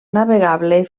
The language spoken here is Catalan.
navegable